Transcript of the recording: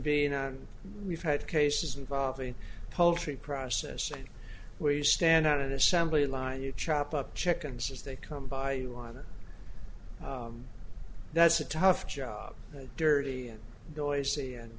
being on we've had cases involving poultry processing where you stand out an assembly line you chop up chickens as they come by you on it that's a tough job dirty and noisy and